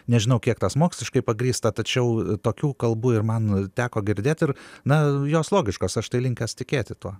nežinau kiek tas moksliškai pagrįsta tačiau tokių kalbų ir man teko girdėt ir na jos logiškos aš tai linkęs tikėti tuo